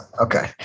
Okay